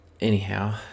Anyhow